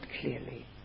clearly